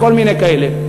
וכל מיני כאלה,